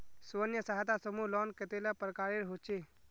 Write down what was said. स्वयं सहायता समूह लोन कतेला प्रकारेर होचे?